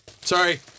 Sorry